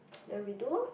then redo lor